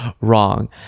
wrong